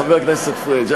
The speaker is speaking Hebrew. חבר הכנסת פריג',